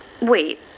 Wait